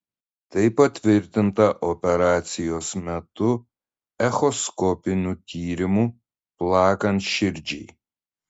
tai patvirtinta operacijos metu echoskopiniu tyrimu plakant širdžiai